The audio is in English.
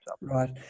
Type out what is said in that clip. Right